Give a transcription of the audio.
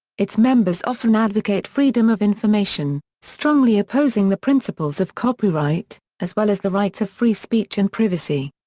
its members often advocate freedom of information, strongly opposing the principles of copyright, as well as the rights of free speech and privacy.